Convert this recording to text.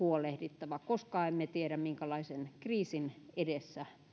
huolehdittava koskaan emme tiedä minkälaisen kriisin edessä